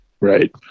Right